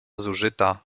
zużyta